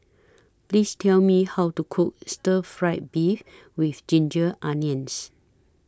Please Tell Me How to Cook Stir Fry Beef with Ginger Onions